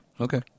okay